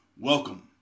Welcome